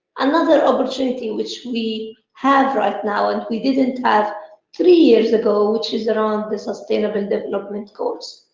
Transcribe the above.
another opportunity which we have right now and we didn't have three years ago, which is around the sustainable development goals.